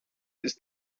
ist